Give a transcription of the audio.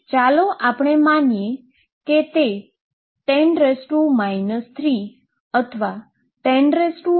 ચાલો આપણે માનીએ તે 10 3 અથવા 10 4 છે